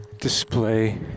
display